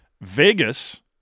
Vegas